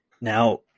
Now